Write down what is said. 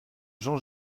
jean